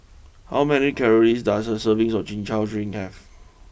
how many calories does a serving of Chin Chow drink have